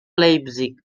leipzig